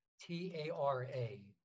T-A-R-A